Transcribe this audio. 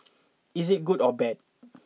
is it good or bad